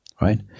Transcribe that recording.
right